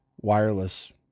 wireless